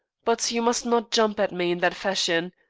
but you must not jump at me in that fashion.